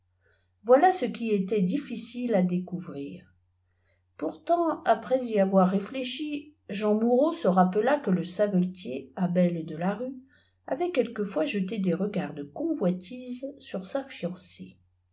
voilà ce qui était difficile à décwvrir pourtant après y avoir réfléchi jean moureau se rappela que le savetier abel de larue avait quelquefois jeté des regards de convoitise sur sa fiancée